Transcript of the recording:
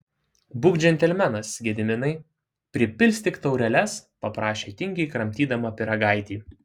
būk džentelmenas gediminai pripilstyk taureles paprašė tingiai kramtydama pyragaitį